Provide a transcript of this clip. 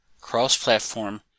cross-platform